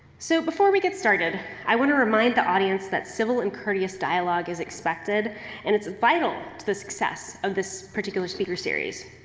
so, before we get started, i want to remind the audience that civil and courteous dialogue is expected and it's vital to the success of this particular speaker series.